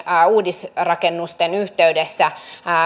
uudisrakennusten yhteydessä